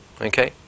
Okay